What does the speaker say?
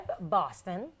Boston